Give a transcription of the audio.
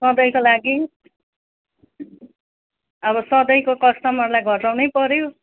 सधैँको लागि अब सधैँको कस्टमरलाई घटाउनै पऱ्यो